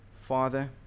father